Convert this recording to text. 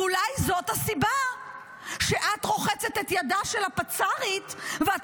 ואולי זאת הסיבה שאת רוחצת את ידה של הפצ"רית ואת